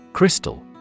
Crystal